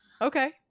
Okay